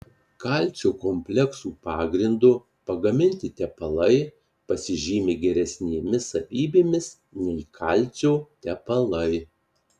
kalcio kompleksų pagrindu pagaminti tepalai pasižymi geresnėmis savybėmis nei kalcio tepalai